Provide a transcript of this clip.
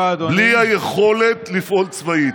בלי היכולת לפעול צבאית.